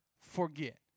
forget